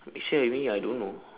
next year maybe I don't know